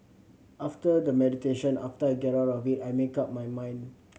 after the meditation after I get out of it I make up my mind